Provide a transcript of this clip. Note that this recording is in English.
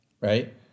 right